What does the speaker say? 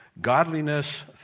godliness